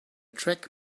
track